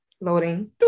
loading